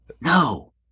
No